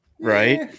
right